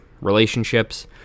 relationships